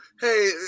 Hey